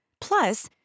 Plus